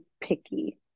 picky